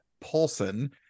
Paulson